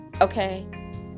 okay